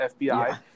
FBI